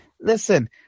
listen